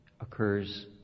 Occurs